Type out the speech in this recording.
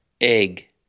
egg